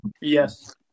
Yes